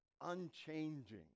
unchanging